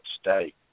state